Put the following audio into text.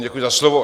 Děkuji za slovo.